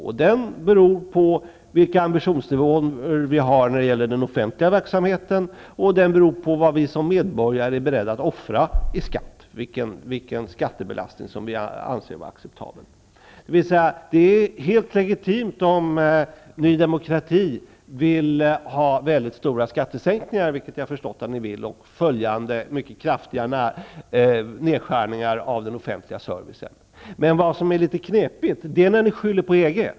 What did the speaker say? Den är beroende av hur höga ambitioner vi har när det gäller den offentliga verksamheten och av vilken skattebelastning som vi medborgare anser vara acceptabel. Det är alltså helt legalt om Ny Demokrati vill ha väldigt stora skattesänkningar, vilket jag har förstått att ni vill, och efterföljande mycket kraftiga nedskärningar av den offentliga servicen. Det knepiga är att ni skyller på EG.